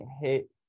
hit